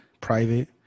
private